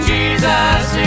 Jesus